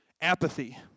apathy